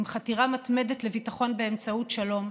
עם חתירה מתמדת לביטחון באמצעות שלום,